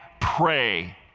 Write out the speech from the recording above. pray